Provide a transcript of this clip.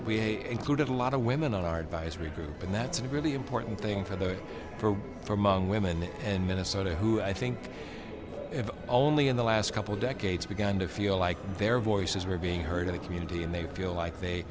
we included a lot of women on our vice regroup and that's a really important thing for the for among women and minnesota who i think if only in the last couple decades began to feel like their voices were being heard in the community and they feel like they